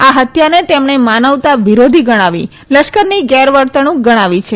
આ હત્યાને તેમણે માનવતા વિરોધી ગણાવી લશ્કરની ગેરવર્તણૂક ગણાવી છે